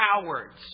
cowards